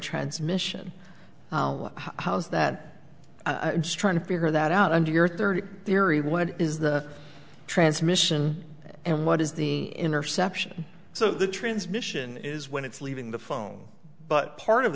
transmission how's that i'm just trying to figure that out and your thirty theory what is the transmission and what is the interception so the transmission is when it's leaving the phone but part of